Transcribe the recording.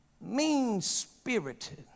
Mean-spirited